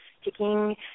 sticking